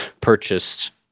purchased